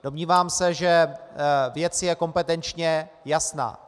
Domnívám se, že věc je kompetenčně jasná.